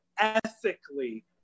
ethically